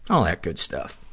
all that good stuff.